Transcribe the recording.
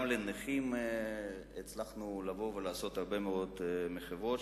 גם לנכים הצלחנו לעשות הרבה מאוד מחוות,